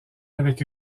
avec